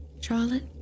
Charlotte